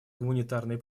гуманитарные